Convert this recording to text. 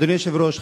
אדוני היושב-ראש,